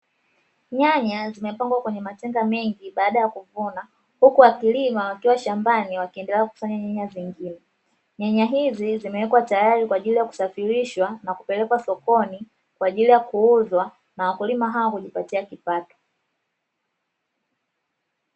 Nyanya zimepangwa kwenye matenga mengi baada ya kuvuna, huku wakilima wakiwa shambani wakiendelea kukusanya nyanya zingine, nyanya hizi zimewekwa tayari kwa ajili ya kusafirishwa na kupelekwa sokoni kwa ajili ya kuuzwa na wakulima hao kujipatia kipato.